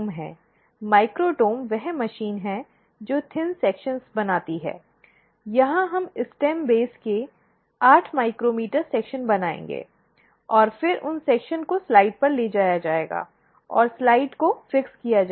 microtome वह machine है जो पतले सेक्शन बनाती है यहाँ हम स्टेम बेस के 8 माइक्रोमीटर सेक्शन बनाएंगे और फिर उन सेक्शन को स्लाइड्स पर ले जाया जाएगा और स्लाइड्स को फ़िक्स किया जाएगा